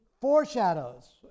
foreshadows